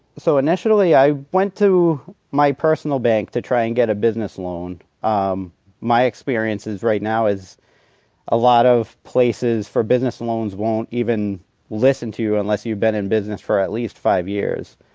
so initially, i went to my personal bank to try and get a business loan. um my experiences right now is a lot of places for business loans won't even listen to you unless you've been in business for at least five years.